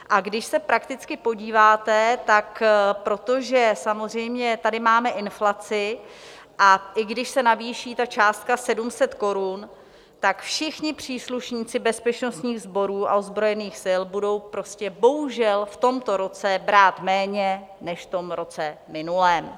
A když se prakticky podíváte, tak protože samozřejmě tady máme inflaci, a i když se navýší ta částka 700 korun, tak všichni příslušníci bezpečnostních sborů a ozbrojených sil budou prostě bohužel v tomto roce brát méně než v roce minulém.